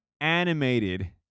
animated